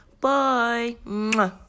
Bye